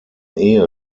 ehe